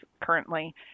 currently